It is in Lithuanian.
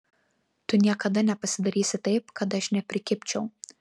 tu niekada nepasidarysi taip kad aš neprikibčiau